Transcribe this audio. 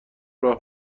راه